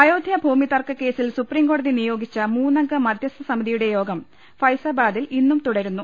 അയോധ്യ ഭൂമി തർക്കക്കേസിൽ സുപ്രീംകോടതി നിയോഗിച്ച മൂന്നംഗ മധ്യസ്ഥ സമിതിയുടെ യോഗം ഫൈസാബാദിൽ ഇന്നും തുടരുന്നു